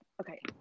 Okay